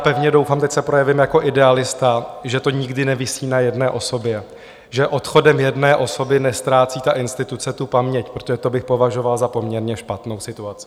Pevně doufám teď se projevím jako idealista že to nikdy nevisí na jedné osobě, že odchodem jedné osoby neztrácí instituce tu paměť, protože to bych považoval za poměrně špatnou situaci.